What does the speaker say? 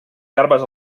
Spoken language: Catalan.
garbes